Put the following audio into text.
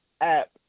app